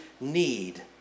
need